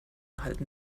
halten